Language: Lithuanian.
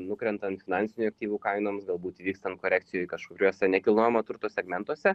nukrentant finansinių aktyvų kainoms galbūt vykstant korekcijoj kažkuriuose nekilnojamo turto segmentuose